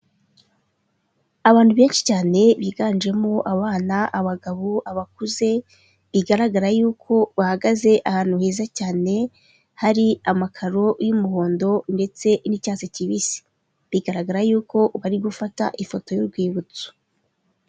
Abantu benshi cyane biganjemo abana, abagabo, abakuze, bigaragara yuko bahagaze ahantu heza cyane hari amakaro y'umuhondo ndetse n'icyatsi kibisi. Bigaragara yuko bari gufata ifoto y'urwibutso.